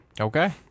Okay